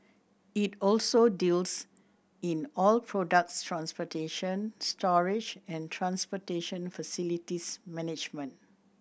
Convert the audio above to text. it also deals in oil products transportation storage and transportation facilities management